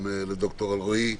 גם לד"ר אלרעי,